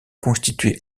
constituée